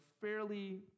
fairly